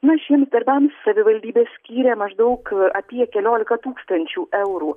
na šiems darbams savivaldybė skyrė maždaug apie kelioliką tūkstančių eurų